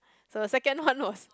so second one was